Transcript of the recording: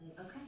okay